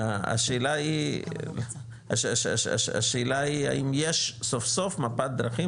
השאלה היא האם יש סוף סוף מפת דרכים